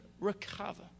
recover